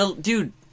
Dude